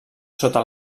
sota